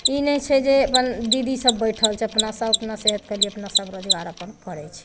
ई नहि छै जे अपन दीदी सब बैठल छै अपना सब अपना सेहतके लिए अपना सब रोजगार अपन करै छै